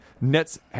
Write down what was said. Nets